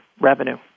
revenue